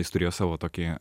jis turėjo savo tokį